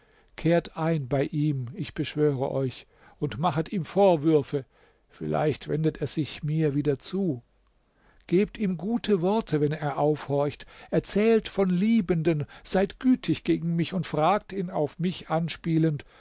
kehrt ein bei ihm ich beschwöre euch und machet ihm vorwürfe vielleicht wendet er sich mir wieder zu gebt ihm gute worte wenn er aufhorcht erzählt von liebenden seid gütig gegen mich und fragt ihn auf mich anspielend